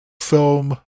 film